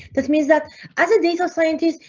that means that as a data scientist,